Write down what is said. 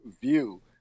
view